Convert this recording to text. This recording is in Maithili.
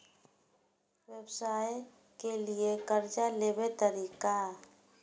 व्यवसाय के लियै कर्जा लेबे तरीका?